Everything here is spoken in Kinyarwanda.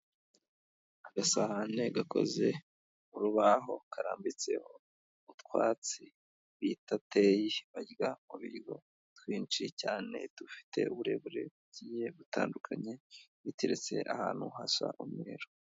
Agasahane gakoze mu rubaho karambitseho utwatsi bita teyi barya ku biryo, twinshi cyane dufite uburebure bugiye butandukanye biteretse ahantu hasa umweru.